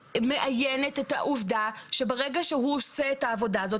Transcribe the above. מאיינת את העובדה שברגע שהוא עושה את העבודה זה,